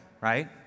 right